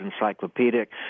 encyclopedic